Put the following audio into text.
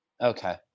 okay